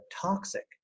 toxic